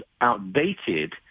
outdated